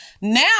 Now